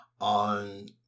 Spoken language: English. on